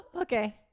okay